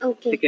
Okay